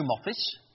Office